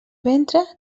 ventre